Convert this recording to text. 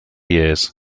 years